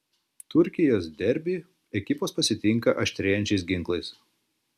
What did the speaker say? turkijos derbį ekipos pasitinka aštrėjančiais ginklais